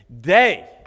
day